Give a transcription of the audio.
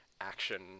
action